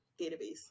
database